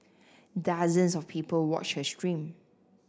dozens of people watched her stream